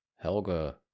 Helga